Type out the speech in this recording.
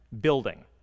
building